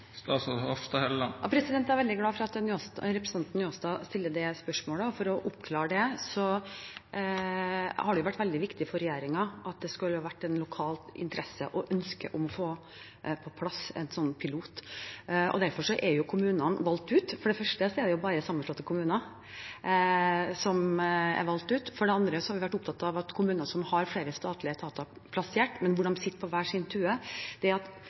Jeg er veldig glad for at representanten Njåstad stilte det spørsmålet, og jeg vil oppklare det. Det har vært veldig viktig for regjeringen at det er en lokal interesse og et lokalt ønske om å få på plass en slik pilot. Derfor er kommunene valgt ut. For det første er det bare sammenslåtte kommuner som er valgt ut. For det andre har vi vært opptatt av kommuner som har flere statlige etater, men som sitter på hver sin tue. Det at fagmiljøer kan sitte sammen, hente ut synergier og jobbe på tvers på en helt annen måte, gjør at